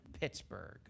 pittsburgh